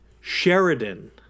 Sheridan